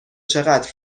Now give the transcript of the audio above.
چقدر